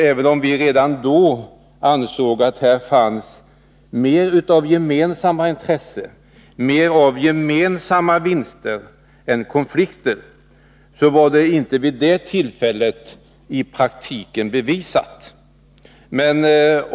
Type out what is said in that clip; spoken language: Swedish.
Även om vi redan då ansåg att det här finns mera av gemensamma intressen och vinster än konflikter, var det vid det tillfället inte i praktiken bevisat.